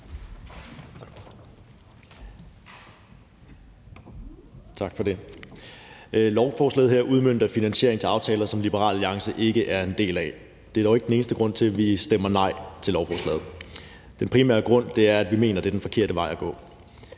Tak for det. Lovforslaget her udmønter finansieringsaftaler, som Liberal Alliance ikke er en del af. Det er dog ikke den eneste grund til, at vi stemmer nej til lovforslaget. Den primære grund er, at vi mener, det er den forkerte vej at gå.